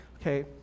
Okay